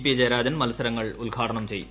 P Jayarajan മത്സരങ്ങൾ ഉദ്ഘാടനം ചെയ്യും